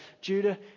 Judah